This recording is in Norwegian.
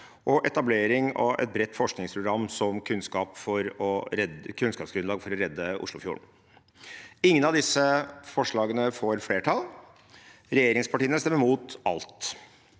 og etablering av et bredt forskningsprogram som kunnskapsgrunnlag for å redde Oslofjorden. Ingen av disse forslagene får flertall. Regjeringspartiene stemmer imot alt.